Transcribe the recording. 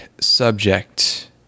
Subject